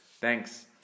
Thanks